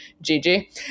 Gigi